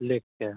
लिखकर